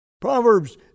Proverbs